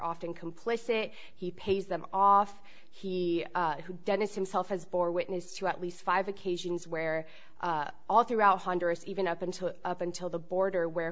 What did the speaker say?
often complicit he pays them off he who denys himself has bore witness to at least five occasions where all throughout honduras even up until up until the border where